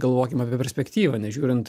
galvokime apie perspektyvą nežiūrint